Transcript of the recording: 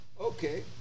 Okay